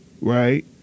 right